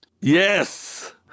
Yes